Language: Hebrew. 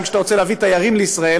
גם כשאתה רוצה להביא תיירים לישראל